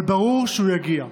אבל ברור שהוא יגיע.